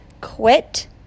Quit